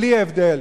בלי הבדל,